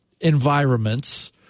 environments